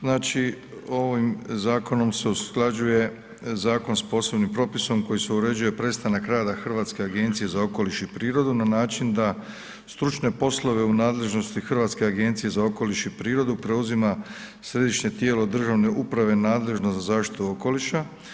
Znači ovim zakonom se usklađuje zakon sa posebnim propisom kojim se uređuje prestanak rada Hrvatske agencije za okoliš i prirodu na način da stručne poslove u nadležnosti Hrvatske agencije za okoliš i prirodu preuzima središnje tijelo državne uprave nadležno za zaštitu okoliša.